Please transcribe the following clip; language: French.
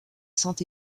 saint